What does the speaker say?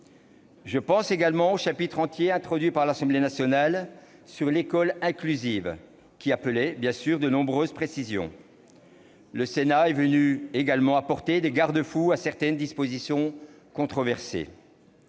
Je pense également au chapitre entier introduit par l'Assemblée nationale sur l'école inclusive, qui appelait de nombreuses précisions. Le Sénat est également venu apporter des garde-fous à certaines dispositions controversées.